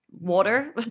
water